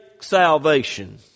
Salvation